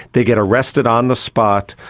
they get arrested on the spot,